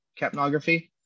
capnography